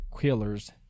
killer's